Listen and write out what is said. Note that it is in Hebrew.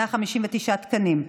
159 תקנים,